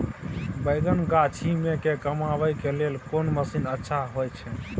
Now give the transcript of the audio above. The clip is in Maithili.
बैंगन गाछी में के कमबै के लेल कोन मसीन अच्छा होय छै?